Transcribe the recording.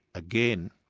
again,